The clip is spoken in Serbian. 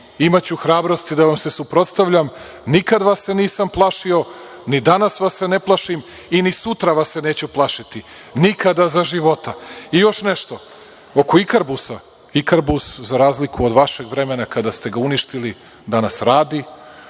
imaću hrabrosti da vam se suprotstavljam. Nikad vas se nisam plašio, ni danas vas se ne plašim i ni sutra vas se neću plašiti. Nikada za života. Još nešto oko „Ikarbusa“. „Ikarbus“, za razliku od vašeg vremena kada ste ga uništili, danas radi.